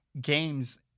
games